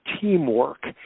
teamwork